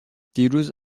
دیروز